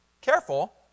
Careful